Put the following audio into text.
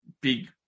big